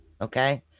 Okay